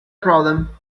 problem